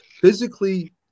physically